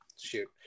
Shoot